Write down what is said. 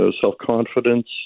self-confidence